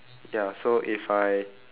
ya so if I